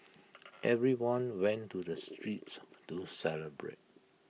everyone went to the streets to celebrate